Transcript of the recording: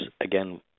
again